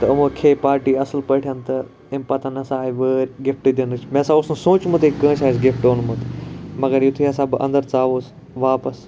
تہٕ یِمو کھے پارٹی اصل پٲٹھۍ تہٕ امہ پَتہٕ ہَسا آے وٲر گِفٹہِ دِنٕچ مےٚ ہَسا اوس نہٕ سوٗنچمُتٕے کٲنٛسہِ آسہِ گِفٹہِ اۄنمُت مَگَر یُتھے ہَسا بہٕ اَندَر ژاوُس واپَس